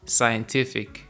scientific